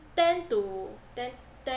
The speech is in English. ten to ten ten